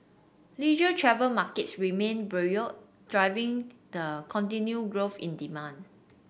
leisure travel markets remained buoyant driving the continued growth in demand